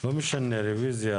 לא משנה אם זה רוויזיה.